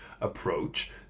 approach